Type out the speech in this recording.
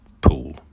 pool